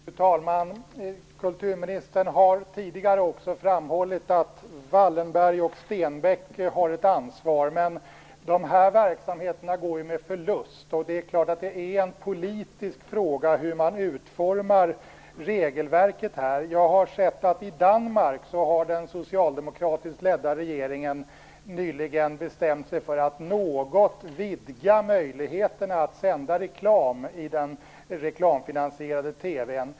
Fru talman! Kulturministern har tidigare också framhållit att Wallenberg och Stenbeck har ett ansvar. Men de här verksamheterna går ju med förlust, och det är klart att det är en politisk fråga hur man utformar regelverket. Jag har sett att i Danmark har den socialdemokratiskt ledda regeringen nyligen bestämt sig för att något öka möjligheterna att sända reklam i den reklamfinansierade TV:n.